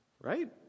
right